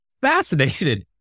fascinated